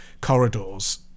corridors